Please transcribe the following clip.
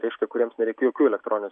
reiškia kuriems nereikia jokių elektroninės